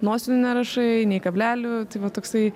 nosinių nerašai nei kablelių tai va toksai